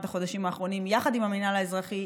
החודשים האחרונים יחד עם המינהל האזרחי,